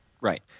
Right